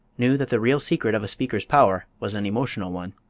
knew that the real secret of a speaker's power was an emotional one.